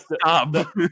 stop